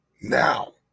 Now